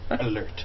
alert